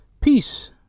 Peace